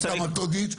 הפסקה מתודית.